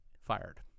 fired